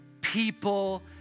people